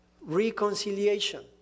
reconciliation